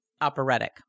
Operatic